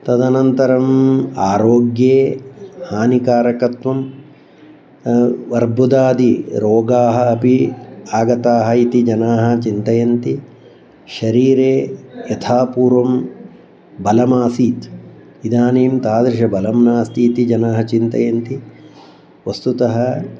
तदनन्तरम् आरोग्ये हानिकारकत्वं बर्बुदादि रोगाः अपि आगताः इति जनाः चिन्तयन्ति शरीरे यथापूर्वं बलमासीत् इदानीं तादृशं बलं नास्ति इति जनाः चिन्तयन्ति वस्तुतः